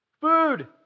Food